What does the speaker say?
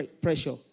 pressure